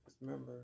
remember